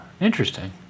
Interesting